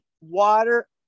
water